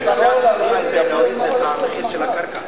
תודה לשר הבינוי והשיכון.